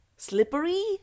Slippery